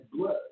blood